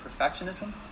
perfectionism